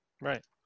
Right